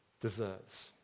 deserves